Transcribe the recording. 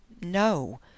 no